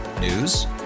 News